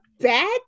bad